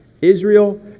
Israel